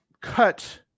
cut